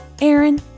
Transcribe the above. Aaron